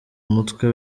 mutwe